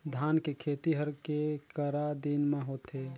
धान के खेती हर के करा दिन म होथे?